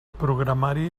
programari